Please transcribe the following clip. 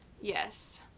Yes